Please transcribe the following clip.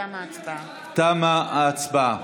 תמה ההצבעה.